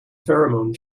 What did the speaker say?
pheromone